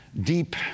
deep